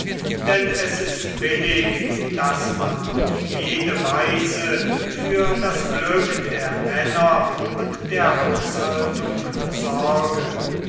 denn es ist billig daß man auf jede weise für das glück der männer und der haushaltung sorge